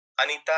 Anita